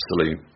absolute